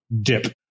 dip